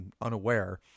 unaware